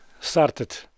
Started